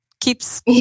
keeps